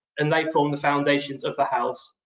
and they form the foundations of the house.